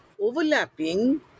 overlapping